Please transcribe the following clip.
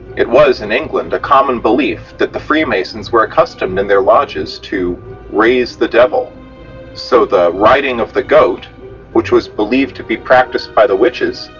it was in england a common belief that the freemasons were accustomed in their lodges to raise the devil so the riding of the goat which was believed to be practiced by the witches,